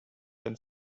then